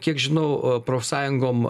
kiek žinau profsąjungom